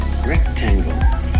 Rectangle